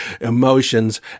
emotions